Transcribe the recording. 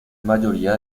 mayoría